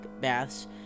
baths